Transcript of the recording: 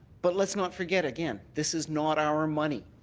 but let's not forget, again, this is not our money.